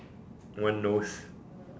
one nose